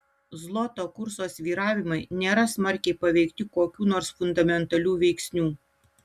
zloto kurso svyravimai nėra smarkiai paveikti kokių nors fundamentalių veiksnių